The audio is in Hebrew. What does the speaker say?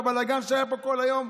והבלגן שהיה פה כל היום,